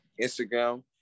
Instagram